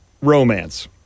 Romance